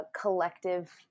collective